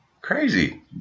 Crazy